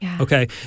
Okay